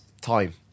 Time